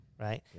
right